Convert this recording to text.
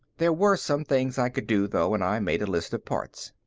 there were some things i could do, though, and i made a list of parts.